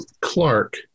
Clark